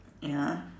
ya